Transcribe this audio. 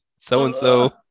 so-and-so